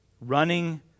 running